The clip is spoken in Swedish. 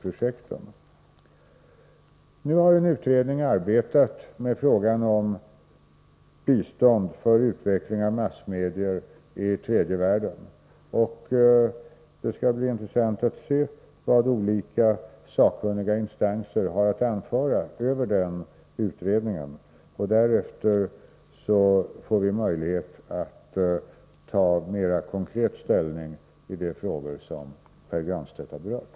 En utredning har nu arbetat med frågan om bistånd för utveckling av massmedier i tredje världen, och det skall bli intressant att se vad olika sakkunniga instanser har att anföra över den utredningen. Därefter får vi möjlighet att mera konkret ta ställning till de frågor som Pär Granstedt har berört.